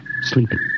sleeping